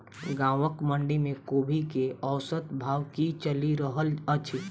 गाँवक मंडी मे कोबी केँ औसत भाव की चलि रहल अछि?